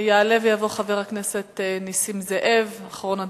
יעלה ויבוא חבר הכנסת נסים זאב, אחרון הדוברים.